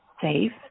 safe